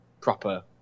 proper